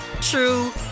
true